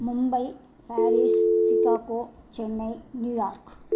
Mumbai Paris Chicago Chennai New York